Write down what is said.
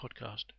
podcast